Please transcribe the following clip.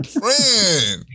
friend